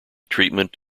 treatment